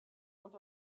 und